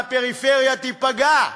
והפריפריה תיפגע.